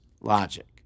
logic